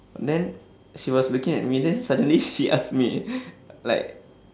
then she was looking at me then suddenly she ask me like